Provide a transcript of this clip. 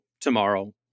tomorrow